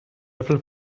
apple